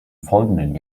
folgenden